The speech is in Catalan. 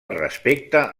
respecte